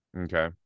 okay